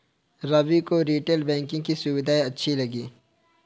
रवि को retail banking की सुविधाएं अच्छी लगी